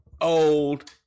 old